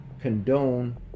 condone